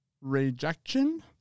Rejection